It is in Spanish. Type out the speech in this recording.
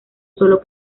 sólo